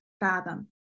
fathom